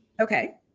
Okay